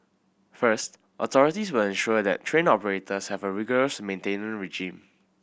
first authorities will ensure that train operators have a rigorous maintenance regime